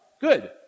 Good